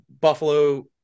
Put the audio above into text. Buffalo